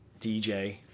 dj